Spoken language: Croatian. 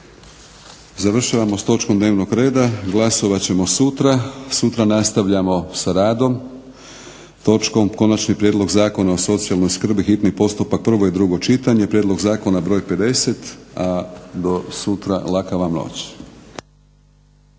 Završavamo s točkom dnevnog reda. Glasovat ćemo sutra. Sutra nastavljamo sa radom točkom Konačni prijedlog Zakona o socijalnoj skrbi, hitni postupak, prvo i drugo čitanje, P.Z. br. 50. a do sutra laka vam noć.